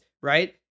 right